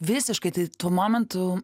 visiškai tai tuo momentu